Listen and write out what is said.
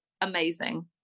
amazing